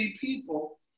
people